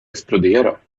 explodera